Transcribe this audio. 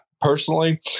personally